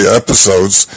episodes